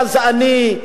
גזענית,